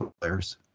players